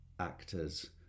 actors